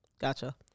Gotcha